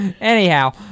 Anyhow